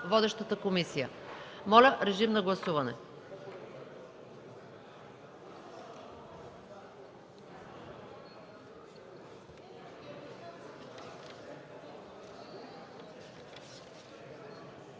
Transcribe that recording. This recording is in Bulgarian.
водещата комисия. Моля, режим на гласуване.